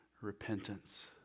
repentance